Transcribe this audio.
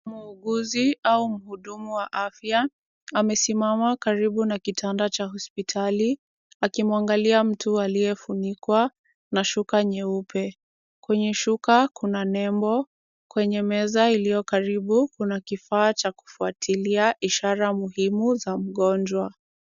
Muuguzi au mhudumu wa afya, amesimama karibu na kitanda cha hospitali, akimwangalia mtu aliyefunikwa n shuka nyeupe. Kwenye shuka kuna nembo, kwenye meza iliyo karibu kuna kifaa cha kufuatilia, ishara muhimu za mgonjwa.